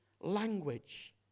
language